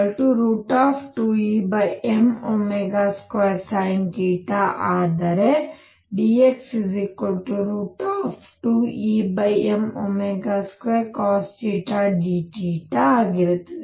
x 2Em2 sinθ ಆದರೆ dx 2Em2 cos dθ limits 2 to 2 ಆಗುತ್ತದೆ